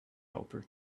helper